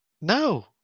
no